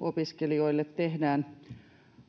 opiskelijoille tehdään